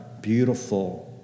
beautiful